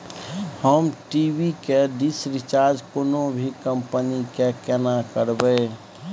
हम टी.वी के dish recharge कोनो भी कंपनी के केना करबे?